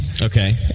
Okay